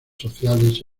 sociales